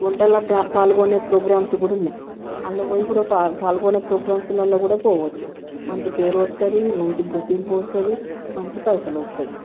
వంటలలో ఫ్రో పాల్గొనే ఫ్రోగ్రామ్స్ కూడా ఉన్నాయి అందులోకి పోయి కూడ పాల్ పాల్గొనే ఫ్రోగ్రామ్స్లలో కూడా పోవచ్చు మంచి పేరు వస్తుంది మంచి గుర్తింపు వస్తుంది మంచి పైసలు వస్తాయి